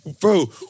Bro